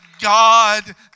God